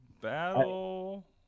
battle